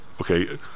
Okay